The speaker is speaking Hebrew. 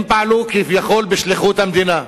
הם פעלו כביכול בשליחות המדינה,